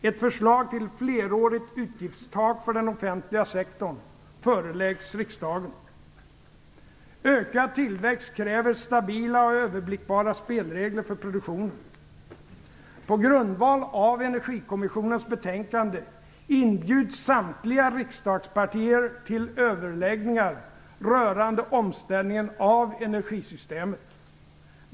Ett förslag till flerårigt utgiftstak för den offentliga sektorn föreläggs riksdagen. Ökad tillväxt kräver stabila och överblickbara spelregler för produktionen. På grundval av Energikommissionens betänkande inbjuds samtliga riksdagspartier till överläggningar rörande omställningen av energisystemet.